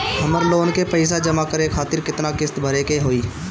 हमर लोन के पइसा जमा करे खातिर केतना किस्त भरे के होई?